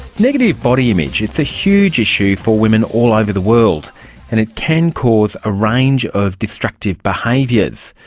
negative body image, it's a huge issue for women all over the world and it can cause a range of destructive behaviours.